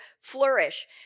flourish